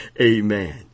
Amen